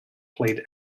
played